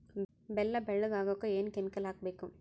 ಬೆಲ್ಲ ಬೆಳಗ ಆಗೋಕ ಏನ್ ಕೆಮಿಕಲ್ ಹಾಕ್ಬೇಕು?